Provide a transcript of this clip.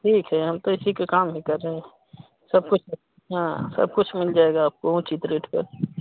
ठीक है हम तो इसी के काम ही कर रहें सब कुछ हाँ सब कुछ मिल जाएगा आपको उचित रेट पर